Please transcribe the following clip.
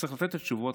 שצריך לתת את התשובות,